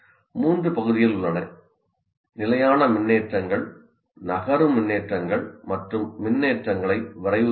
மூன்று பகுதிகள் உள்ளன நிலையான மின்னேற்றங்கள் நகரும் மின்னேற்றங்கள் மற்றும் மின்னேற்றங்களை விரைவுபடுத்துதல்